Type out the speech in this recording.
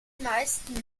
meisten